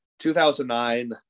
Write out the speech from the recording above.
2009